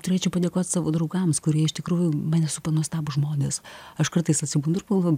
turėčiau padėkot savo draugams kurie iš tikrųjų mane supa nuostabūs žmonės aš kartais atsibundu ir pagalvoju